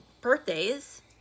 birthdays